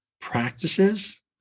practices